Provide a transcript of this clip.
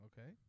Okay